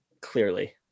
clearly